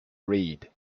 read